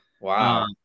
Wow